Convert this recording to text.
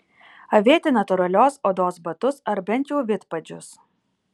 avėti natūralios odos batus ar bent jau vidpadžius